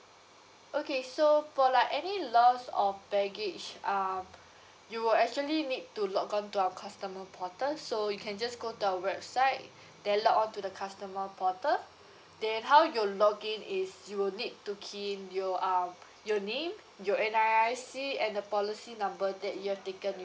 okay so for like any lost of baggage um you will actually need to log on to our customer portal so you can just go to our website then log on to the customer portal then how you login is you will need to key in your um your name your N_R_I_C and the policy number that you have taken with